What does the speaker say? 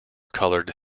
colored